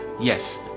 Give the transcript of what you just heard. yes